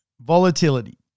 volatility